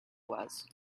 was